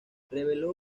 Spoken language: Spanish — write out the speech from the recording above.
reveló